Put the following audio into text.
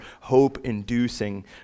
hope-inducing